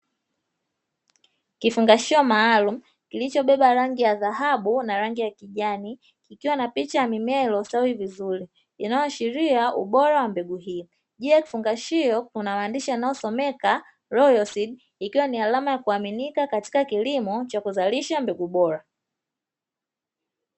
Kifungashio maalumu kilichobeba rangi ya dhahabu na rangi ya kijani, kikiwa na picha ya mimea iliyostawi vizuri inayoashiria ubora wa mbegu hiyo. Juu ya kifungashio kuna maandishi yanayosomeka "Royal seed", ikiwa ni alama ya kuaminika katika kilimo cha kuzalisha mbegu bora.